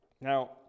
Now